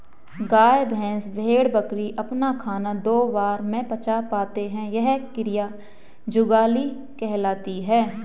गाय, भैंस, भेड़, बकरी अपना खाना दो बार में पचा पाते हैं यह क्रिया जुगाली कहलाती है